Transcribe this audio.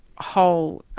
whole